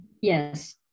Yes